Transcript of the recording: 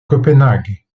copenhague